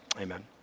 Amen